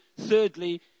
thirdly